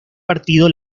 partido